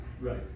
Right